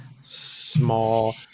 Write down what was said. small